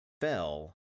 fell